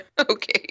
Okay